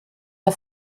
der